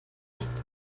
ist